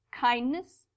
kindness